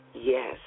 Yes